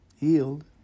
healed